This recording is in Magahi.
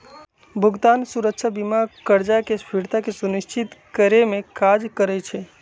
भुगतान सुरक्षा बीमा करजा के फ़िरता के सुनिश्चित करेमे काज करइ छइ